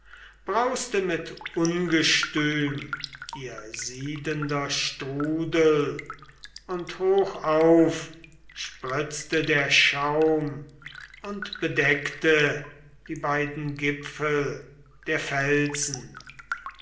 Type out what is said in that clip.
brauste mit ungestüm ihr siedender strudel und hochauf spritzte der schaum und bedeckte die beiden gipfel der felsen